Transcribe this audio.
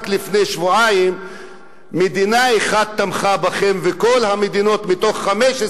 רק לפני שבועיים מדינה אחת תמכה בכם וכל המדינות מתוך 15,